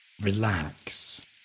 relax